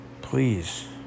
Please